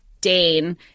Dane